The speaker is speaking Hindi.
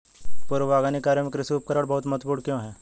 पूर्व बागवानी कार्यों में कृषि उपकरण बहुत महत्वपूर्ण क्यों है?